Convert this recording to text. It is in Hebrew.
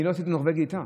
אני לא עשיתי נורבגי איתה.